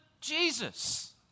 Jesus